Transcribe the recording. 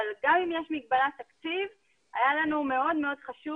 אבל גם אם יש מגבלת תקציב היה לנו מאוד חשוב,